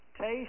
taste